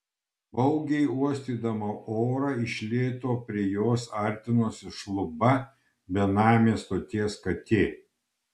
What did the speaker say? baugiai uostydama orą iš lėto prie jos artinosi šluba benamė stoties katė